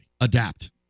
Adapt